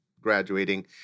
graduating